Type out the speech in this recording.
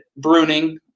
Bruning